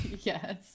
Yes